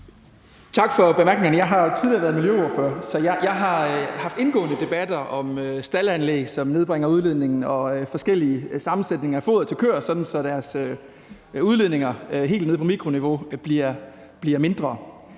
Tak for bemærkningerne. Jeg har tidligere været miljøordfører, så jeg har haft indgående debatter om staldanlæg, som nedbringer udledningen, og forskellige sammensætninger af foder til køer, sådan at deres udledninger helt nede på mikroniveau bliver mindre.